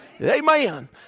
Amen